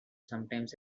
sometimes